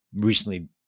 recently